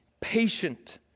patient